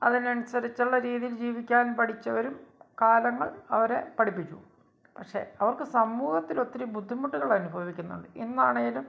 അതിനനുസരിച്ചുള്ള രീതിയിൽ ജീവിക്കാൻ പഠിച്ചവരും കാലങ്ങൾ അവരെ പഠിപ്പിച്ചു പക്ഷേ അവർക്ക് സമൂഹത്തിലൊത്തിരി ബുദ്ധിമുട്ടുകൾ അനുഭവിക്കുന്നുണ്ട് ഇന്നാണേലും